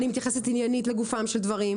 אני מתייחסת עניינית לגופם של דברים,